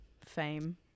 fame